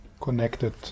connected